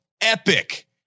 epic